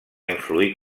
influir